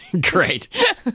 great